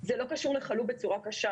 זה לא קשור לחלו בצורה קשה.